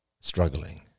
struggling